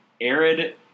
arid